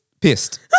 pissed